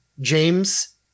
James